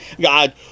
God